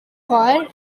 choir